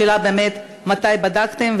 השאלה, באמת, מתי בדקתם?